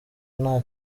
nta